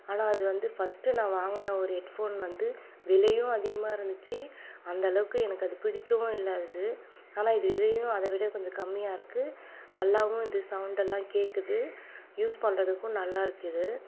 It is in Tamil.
ஆனால் அது வந்து ஃபஸ்ட் நான் வாங்கின ஒரு ஹெட் ஃபோன் வந்து விலையும் அதிகமாக இருந்துச்சு அந்தளவுக்கு எனக்கு அது பிடிக்கவும் இல்லை அது ஆனால் இது விலையும் அதைவிட கொஞ்சம் கம்மியாக இருக்குது நல்லாவும் இந்த சௌண்ட்டெல்லாம் கேட்குது யூஸ் பண்ணுறதுக்கும் நல்லா இருக்குது